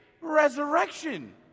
resurrection